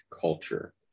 culture